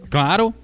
Claro